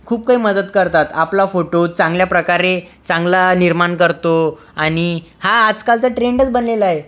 खूप काही मदत करतात आपला फोटो चांगल्या प्रकारे चांगला निर्माण करतो आणि हा आजकालचा ट्रेंडच बनलेला आहे